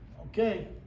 Okay